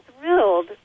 thrilled